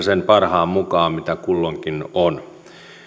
sen parhaan mukaan mitä kulloinkin on